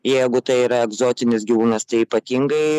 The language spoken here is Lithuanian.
jeigu tai yra egzotinis gyvūnas tai ypatingai